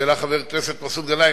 שהעלה חבר הכנסת מסעוד גנאים,